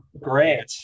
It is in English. great